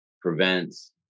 prevents